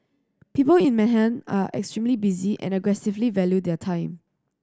people in Manhattan are extremely busy and aggressively value their time